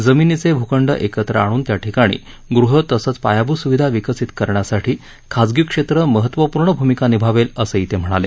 जमिनीचे भूखंड एकत्र णून त्याठिकाणी गृह तसंच पायाभूत स्विधा विकसित करण्यासाठी खाजगी क्षेत्र महत्त्वपूर्ण भूमिका निभावेल असंही ते म्हणाले